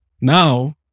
Now